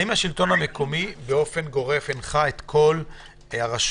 האם השלטון המקומי באופן גורף הנחה את כל הרשויות,